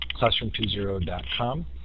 Classroom20.com